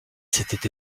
s’était